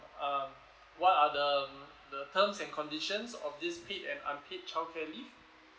um what are the um the terms and conditions of this paid and unpaid childcare leave